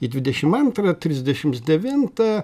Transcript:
į dvidešim antrą trisdešims devintą